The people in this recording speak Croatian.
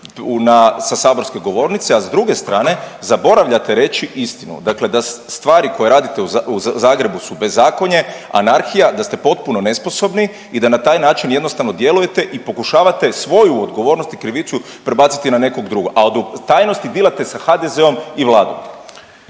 sa saborske govornice, a s druge strane, zaboravljate reći istinu, dakle stvari koje radite u Zagrebu su bezakonje, anarhija, da ste potpuno nesposobni i da na taj način jednostavno djelujete i pokušavate svoju odgovornost i krivicu prebaciti na nekog drugog, a u tajnosti dilate sa HDZ-om i Vladom.